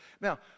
Now